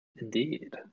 indeed